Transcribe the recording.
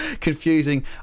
Confusing